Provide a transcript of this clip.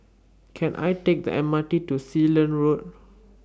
Can I Take The M R T to Sealand Road